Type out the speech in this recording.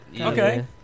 Okay